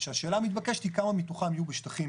כשהשאלה המתבקשת היא כמה מתוכם יהיו בשטחים